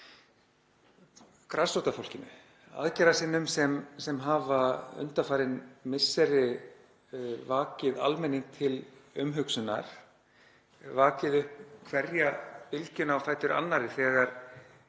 grasrótarfólkinu, aðgerðasinnum sem hafa undanfarin misseri vakið almenning til umhugsunar, vakið upp hverja bylgjuna á fætur annarri þegar